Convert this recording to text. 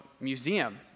Museum